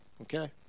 okay